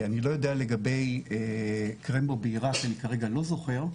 אני לא יודע לגבי קרמבו בעיראק, אני כרגע לא זוכר,